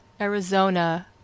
Arizona